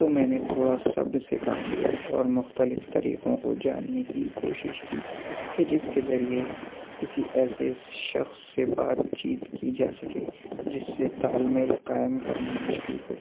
تو میں نے تھوڑا صبر سے کام لیا اور مختلف طریقوں کو جاننے کی کوشش کی کہ جس کے ذریعے کسی ایسے شخص سے بات چیت کی جا سکے جس سے تال میل قائم کرنا مشکل ہو